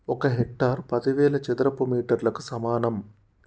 ఒక హెక్టారు పదివేల చదరపు మీటర్లకు సమానం